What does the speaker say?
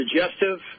Suggestive